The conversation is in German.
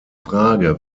frage